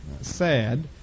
sad